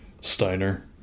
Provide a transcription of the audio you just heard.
steiner